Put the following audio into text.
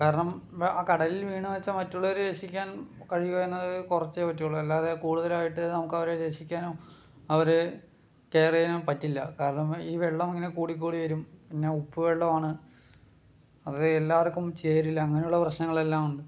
കാരണം ആ കടലിൽ വീണ് വെച്ചാൽ മറ്റുള്ളവരെ രക്ഷിക്കാൻ കഴിയുക എന്നത് കുറച്ചേ പറ്റുകയുള്ളൂ അല്ലാതെ കൂടുതലായിട്ട് നമുക്ക് അവരെ രക്ഷിക്കാനോ അവരെ കെയർ ചെയ്യാനോ പറ്റില്ല കാരണം ഈ വെള്ളം ഇങ്ങനെ കൂടി കൂടി വരും പിന്നെ ഉപ്പ് വെള്ളമാണ് അത് എല്ലാവർക്കും ചേരില്ല അങ്ങനെയുള്ള പ്രശ്നങ്ങളെല്ലാം ഉണ്ട്